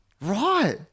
Right